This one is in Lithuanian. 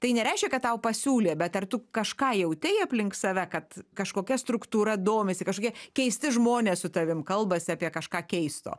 tai nereiškia kad tau pasiūlė bet ar tu kažką jautei aplink save kad kažkokia struktūra domisi kažkokie keisti žmonės su tavim kalbasi apie kažką keisto